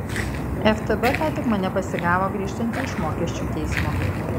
ftb ką tik mane pasigavo grįžtantį iš mokesčių teismo